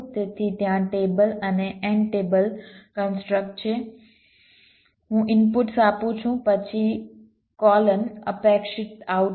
તેથી ત્યાં ટેબલ અને n ટેબલ કન્સ્ટ્રક્ટ છે હું ઇનપુટ્સ આપું છું પછી કોલન અપેક્ષિત આઉટપુટ